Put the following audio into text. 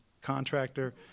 contractor